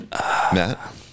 Matt